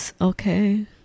Okay